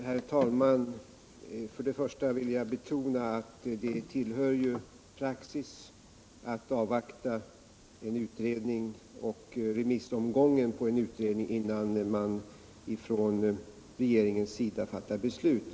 Herr talman! Först vill jag betona att det tillhör praxis att avvakta en utredning och remissomgången på en utredning innan regeringen fattar beslut.